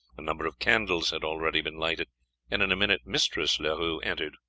a number of candles had already been lighted, and in a minute mistress leroux entered,